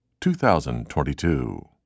2022